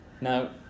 now